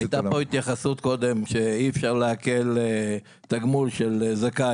הייתה פה התייחסות קודם לכך שאי אפשר לעקל תגמול של זכאי.